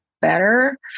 better